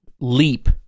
leap